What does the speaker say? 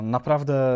Naprawdę